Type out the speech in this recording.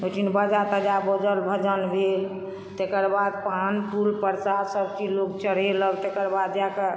ओहिदिन बाजा ताजा बजल भजन भेल तकरबाद पान फूल प्रसादसभ चीज लोक चढ़ेलक तकरबाद जाके